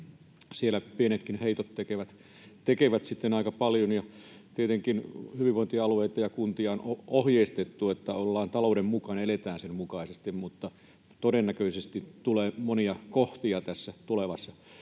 Siellä pienetkin heitot tekevät sitten aika paljon. Tietenkin hyvinvointialueita ja kuntia on ohjeistettu, että ollaan talouden mukaan ja eletään sen mukaisesti, mutta todennäköisesti tulee monia kohtia tässä tulevassa.